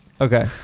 Okay